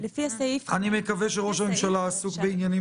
אני מקווה שראש הממשלה עסוק בעניינים